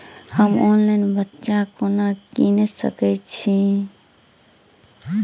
हम ऑनलाइन बिच्चा कोना किनि सके छी?